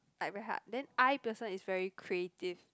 like very hard then I person is very creative